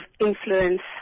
influence